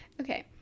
Okay